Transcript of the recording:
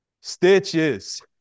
stitches